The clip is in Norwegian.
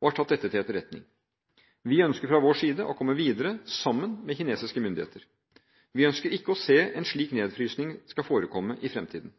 og har tatt dette til etterretning. Vi ønsker fra vår side å komme videre – sammen med kinesiske myndigheter. Vi ønsker ikke å se at slik nedfrysing skal forekomme i fremtiden.